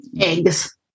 Eggs